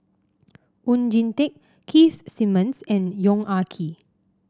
Oon Jin Teik Keith Simmons and Yong Ah Kee